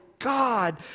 God